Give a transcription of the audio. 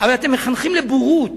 אבל אתם מחנכים לבורות,